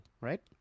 right